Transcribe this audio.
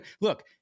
look –